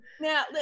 Now